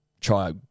try